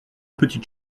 petite